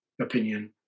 opinion